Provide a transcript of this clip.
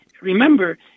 remember